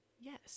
Yes